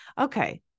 okay